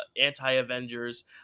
anti-Avengers